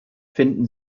finden